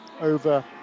over